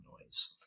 noise